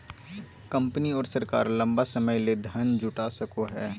company और सरकार लंबा समय ले धन जुटा सको हइ